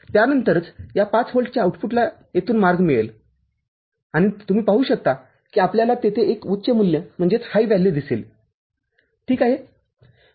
त्यानंतरच या ५ व्होल्टच्या आऊटपुटला येथून मार्ग मिळेल आणि तुम्ही पाहू शकता किआपल्याला तेथे एक उच्च मूल्य दिसेल ठीक आहे